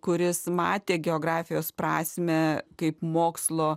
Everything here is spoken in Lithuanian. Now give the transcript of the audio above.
kuris matė geografijos prasmę kaip mokslo